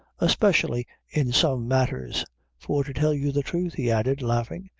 especially in some matters for to tell you the truth, he added, laughing,